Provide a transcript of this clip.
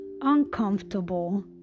uncomfortable